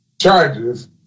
charges